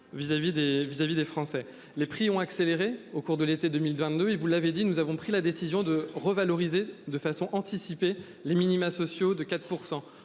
vis-à-vis des Français. Les prix ont accéléré au cours de l'été 2022. Il vous l'avez dit, nous avons pris la décision de revaloriser de façon anticipée les minima sociaux de 4%